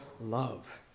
love